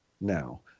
now